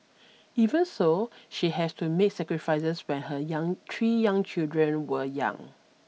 even so she has to make sacrifices when her young three young children were young